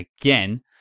again